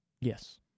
Yes